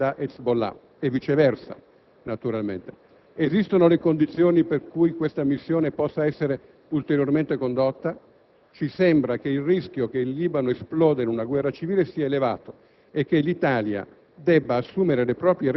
Noi crediamo che il Senato debba esprimere la sua preoccupazione per un avvenimento del genere, tanto più che l'Italia è presente con i suoi soldati in Libano per una difficile missione, che non è semplicemente militare ma politica.